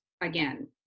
again